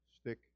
Stick